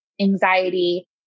anxiety